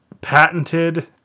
patented